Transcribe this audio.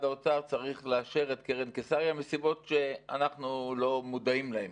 האוצר צריך לאשר את קרן קיסריה מסיבות שאנחנו לא מודעים להן.